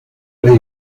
ley